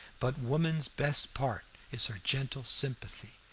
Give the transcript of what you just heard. but woman's best part is her gentle sympathy,